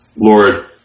Lord